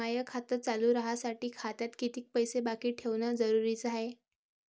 माय खातं चालू राहासाठी खात्यात कितीक पैसे बाकी ठेवणं जरुरीच हाय?